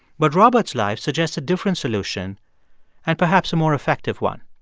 but robert's life suggests a different solution and perhaps a more effective one.